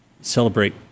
celebrate